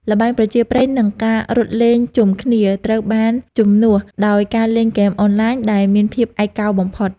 ល្បែងប្រជាប្រិយនិងការរត់លេងជុំគ្នា ត្រូវបានជំនួសដោយការលេងហ្គេមអនឡាញដែលមានភាពឯកោបំផុត។